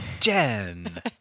Jen